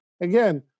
again